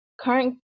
current